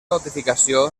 notificació